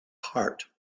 heart